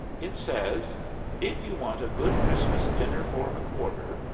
it says if you want a good christmas dinner for a quarter,